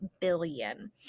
billion